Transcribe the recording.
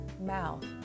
mouth